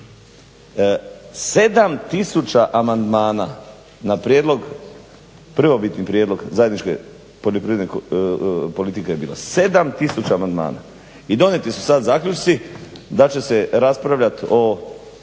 7000 amandmana na prvobitni prijedlog zajedničke poljoprivredne politike je bilo, 7000 amandmana i donijeti su sad zaključci da će se raspravljat o